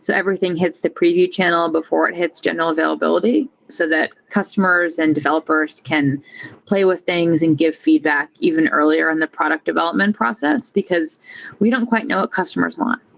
so everything hits the preview channel before it hits general availability so that customers and developers can play with things and give feedback even earlier in the product development process, because we don't quite know what customers want.